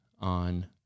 on